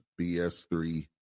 BS3